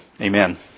Amen